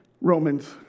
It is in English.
Romans